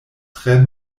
tre